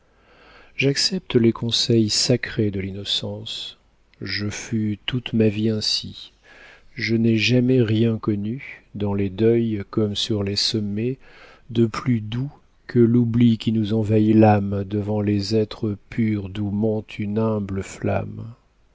j'accepte les conseils sacrés de l'innocence je fus toute ma vie ainsi je n'ai jamais rien connu dans les deuils comme sur les sommets de plus doux que l'oubli qui nous envahit l'âme devant les êtres purs d'où monte une humble flamme